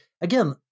again